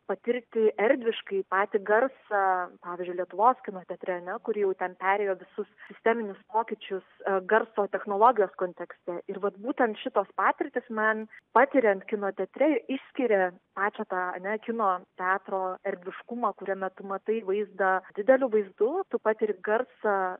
patirti erdviškai patį garsą pavyzdžiui lietuvos kino teatre ar ne kur jau ten perėjo visus sisteminius pokyčius garso technologijos kontekste ir vat būtent šitos patirtys man patiriant kino teatre išskiria pačią tą ar ne kino teatro erdviškumą kuriame tu matai vaizdą dideliu vaizdu tu patiri garsą